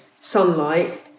sunlight